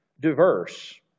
diverse